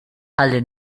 ħalli